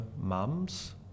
mums